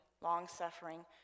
long-suffering